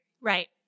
Right